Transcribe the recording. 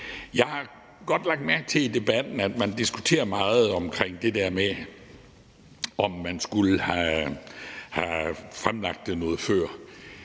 Jeg har godt lagt mærke til i debatten, at man meget diskuterer det der med, om man skulle have fremlagt det noget før.